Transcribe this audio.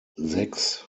sechs